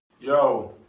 Yo